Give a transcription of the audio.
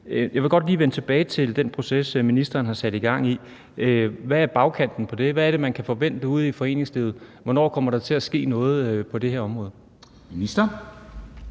Jeg vil godt lige vende tilbage til den proces, ministeren har sat gang i. Hvad er bagkanten på den? Hvad er det, man kan forvente ude i foreningslivet? Hvornår kommer der til at ske noget på det her område?